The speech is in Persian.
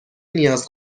نیاز